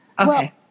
Okay